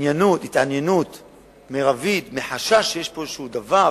תופס התעניינות מרבית, מחשש שיש פה דבר